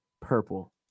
Purple